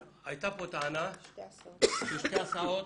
היתה פה טענה ששתי הסעות